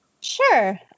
Sure